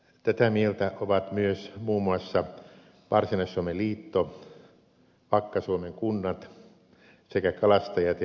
tätä mieltä ovat myös muun muassa varsinais suomen liitto vakka suomen kunnat sekä kalastajat ja kalanviljelijät